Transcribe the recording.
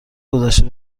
گذشته